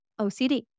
OCD